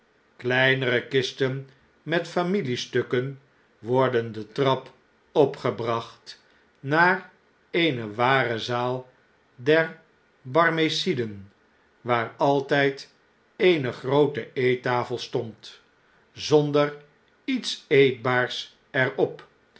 kleinere kisten met familiestukken worden de trap opgebracht naar eene ware zaal der barmeciden waar altjjd eene groote eettafel stond zonder iets eetbaars er